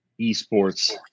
esports